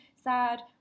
sad